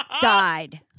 died